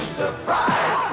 surprise